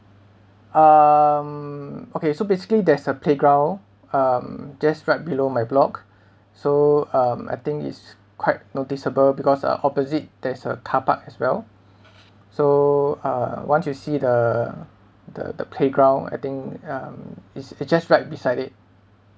um okay so basically there's a playground um just right below my block so um I think it's quite noticeable because uh opposite there's a car park as well so uh once you see the the the playground I think um it's it's just right beside it